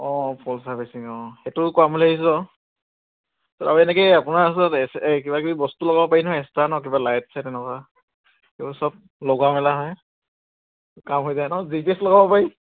অঁ full servicing অঁ সেইটো কৰাম বুলি ভাবিছোঁ আৰু আৰু এনেকেই আপোনাৰ ওচত কিবা কিবি বস্তু লগাব পাৰি নহয় এক্সট্ৰা ন কিবা লাইট ছাইট তেনেকুৱা সেইবােৰ চব লগা মেলা হে কাম হৈ যায় ন জি পি এচ লগাব পাৰি